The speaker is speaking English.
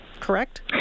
correct